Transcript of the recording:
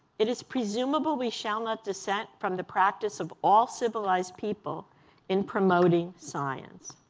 it is presumable we shall not dissent from the practice of all civilized people in promoting science.